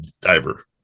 diver